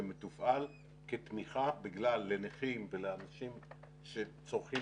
שמתופעל כתמיכה לנכים ולאנשים שצורכים